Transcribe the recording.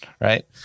right